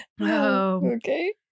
okay